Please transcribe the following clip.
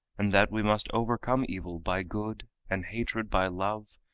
and that we must overcome evil by good and hatred by love,